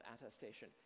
attestation